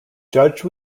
judge